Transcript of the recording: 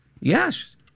yes